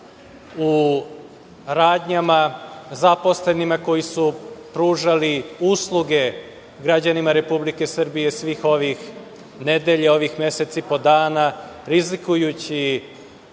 u radnjama, zaposlenima koji su pružali usluge građanima Republike Srbije svih ovih nedelja, ovih mesec i po dana, rizikujući